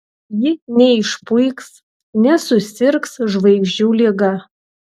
ji neišpuiks nesusirgs žvaigždžių liga